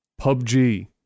PUBG